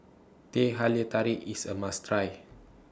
Teh Halia Tarik IS A must Try